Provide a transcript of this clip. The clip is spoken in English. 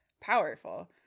powerful